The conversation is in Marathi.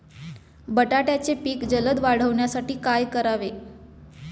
बटाट्याचे पीक जलद वाढवण्यासाठी काय करावे?